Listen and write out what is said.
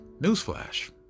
Newsflash